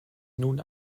nun